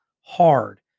hard